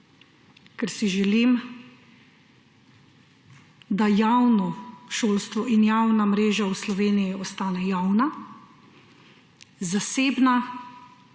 ker si želim, da javno šolstvo in javna mreža v Sloveniji ostaneta javna, zasebno